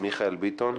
מיכאל ביטון,